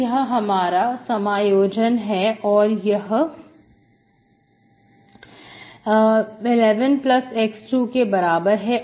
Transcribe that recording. तो यह हमारा समायोजन है और यह 11x2 के बराबर है